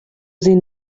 sie